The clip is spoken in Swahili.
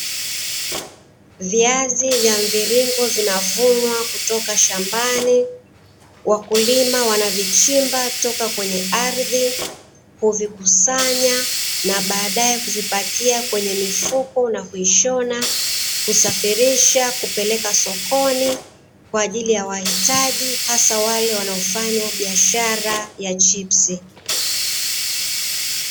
Viazi vya mviringo vinavunwa kutoka shambani, wakulima wanavichimba toka kwenye ardhi, huzikusanya na baadae kuzipakia kwenye mifuko na kuishona, kusafirisha kupeleka sokoni kwa ajili ya wahitaji hasa wanaofanya biashara ya chipsi.